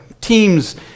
Teams